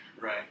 right